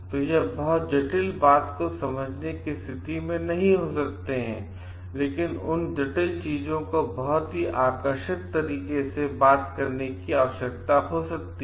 तो वह बहुत जटिल बात को को समझने की स्थिति में नहीं हो सकते हैं लेकिन उन जटिल चीजों को बहुत ही आकर्षक तरीके से बात करने की आवश्यकता हो सकती है